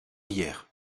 hier